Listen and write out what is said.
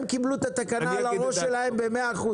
הם קיבלו את התקנה על הראש שלהם ב-100%,